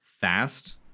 fast